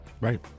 Right